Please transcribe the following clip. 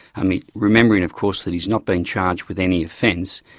remembering of course that he's not been charged with any offence,